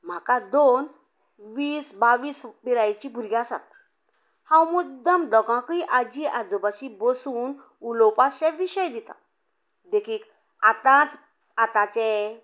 म्हाका दोन वीस बावीस पिरायेचीं भुरगीं आसात हांव मुद्दम दोगांकय आजी आजोबाशी बसून उलोवपाशे विशय दिता देखीक आतांच आतांचे